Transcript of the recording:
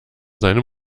seinem